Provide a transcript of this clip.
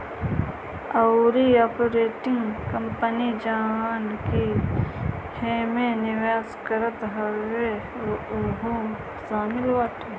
अउरी operating company जवन की एमे निवेश करत हवे उहो शामिल बाटे